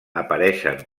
apareixen